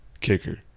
kicker